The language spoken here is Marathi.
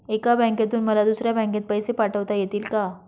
एका बँकेतून मला दुसऱ्या बँकेत पैसे पाठवता येतील का?